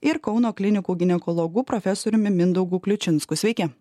ir kauno klinikų ginekologu profesoriumi mindaugu kliučinsku sveiki